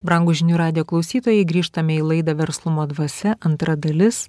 brangūs žinių radijo klausytojai grįžtame į laidą verslumo dvasia antra dalis